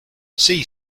see